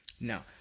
Now